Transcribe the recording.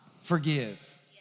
forgive